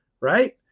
Right